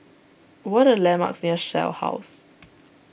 what are the landmarks near Shell House